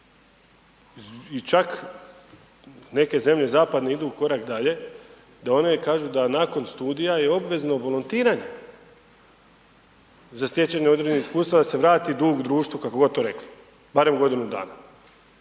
i čak neke zemlje zapadne idu u korak dalje da one kažu da nakon studija je obvezno volontiranje za stjecanje određenog iskustva da se vrati dug društvu, kako god to rekli, barem godinu dana,